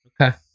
Okay